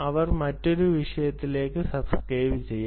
അവർ മറ്റൊരു വിഷയത്തിലേക്ക് സബ്സ്ക്രൈബുചെയ്യാം